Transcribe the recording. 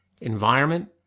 environment